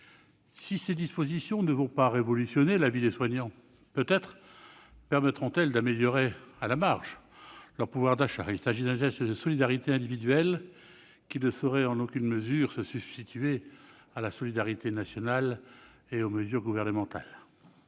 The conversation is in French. Si ces dispositions ne vont pas révolutionner la vie des soignants, peut-être permettront-elles d'améliorer à la marge leur pouvoir d'achat. Il s'agit d'un geste de solidarité individuelle, qui ne saurait en aucun cas se substituer à la solidarité nationale ni aux mesures gouvernementales.